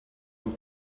een